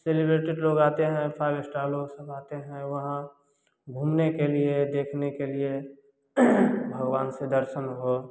celebrity लोग आते हैं फाइव स्टार लोग सब आते हैं वहाँ घूमने के लिए देखने के लिए भगवान के दर्शन हो